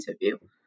interview